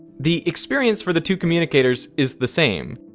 the experience for the two communicators is the same.